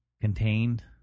contained